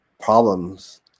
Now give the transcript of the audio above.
problems